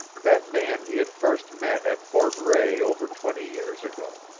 that man he had first met at fort rae over twenty years ago.